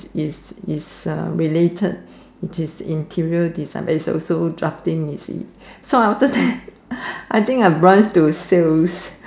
is is uh related it is interior design but is also drafting you see so I think I branch to sales